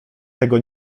tego